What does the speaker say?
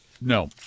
No